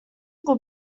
cop